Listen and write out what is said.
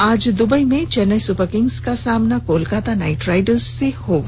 आज द्बई में चैन्नई सुपरकिंग्सु का सामना कोलकाता नाइट राइडर्स से होगा